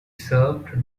served